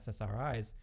SSRIs